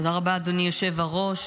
תודה רבה, אדוני היושב-ראש.